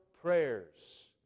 prayers